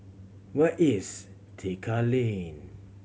where is Tekka Lane